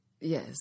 Yes